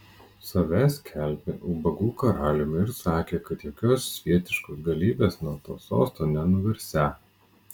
save skelbė ubagų karaliumi ir sakė kad jokios svietiškos galybės nuo to sosto nenuversią